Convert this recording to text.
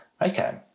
Okay